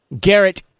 Garrett